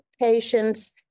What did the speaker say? patients